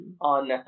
on